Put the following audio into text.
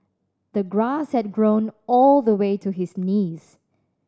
the grass had grown all the way to his knees